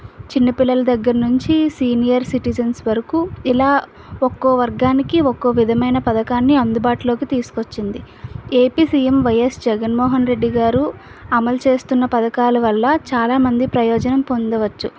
చిన్నపిల్లల దగ్గర నుంచి సీనియర్ సిటిజన్స్ వరకు ఇలా ఒక్కో వర్గానికి ఒక్కో విధమైన పథకాన్ని అందుబాటులోకి తీసుకొచ్చింది ఏపీ సీఎం వైయస్ జగన్ మోహన్ రెడ్డి గారు అమలు చేస్తున్న పథకాలు వల్ల చాలా మంది ప్రయోజనం పొందవచ్చు